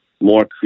more